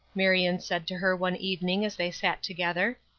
marion said to her one evening, as they sat together.